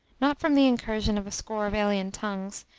not from the incursion of a score of alien tongues,